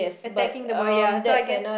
attacking the boy ya so I guess